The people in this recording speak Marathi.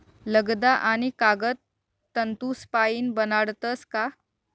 लगदा आणि कागद तंतूसपाईन बनाडतस का